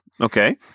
Okay